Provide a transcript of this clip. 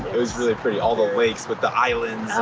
it was really pretty. all the lakes, with the islands.